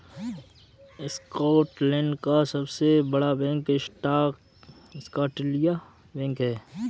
Scotland का सबसे बड़ा बैंक स्कॉटिया बैंक है